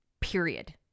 period